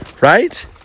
right